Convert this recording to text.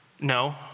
No